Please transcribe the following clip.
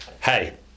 hey